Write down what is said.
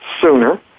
sooner